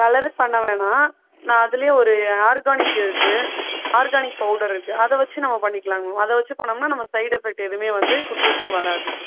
colour பண்ண வேணாம் நான் அதுலையே ஒரு ஆர்கானிக் இருக்குது ஆர்கானிக் பவுடர் இருக்குது அதை வெச்சு நம்ம பண்ணிக்கலாங்க மேம் அதை வெச்சு பண்ணம்னால் நம்ம சைடு எஃபெக்ட் எதுவுமே வந்து குட்டிஸ்க்கு வராது